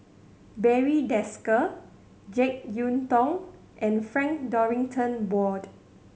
Barry Desker Jek Yeun Thong and Frank Dorrington Ward